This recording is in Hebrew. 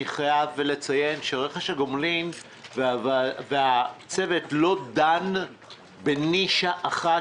אני חייב לציין שרכש הגומלין והצוות לא דן בנישה אחת,